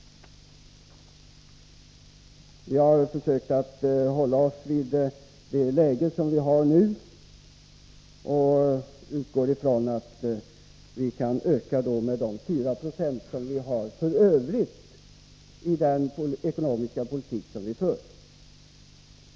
Vi har försökt att hålla oss till det nuvarande ekonomiska läget, och vi har utgått från att vi kan öka bidraget med de 4 90 som det finns utrymme för i den ekonomiska politik som vi för.